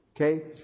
Okay